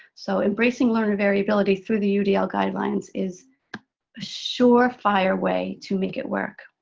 so embracing learner variability through the udl guidelines is a sure-fire way to make it work.